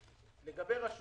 מה אתה מציע?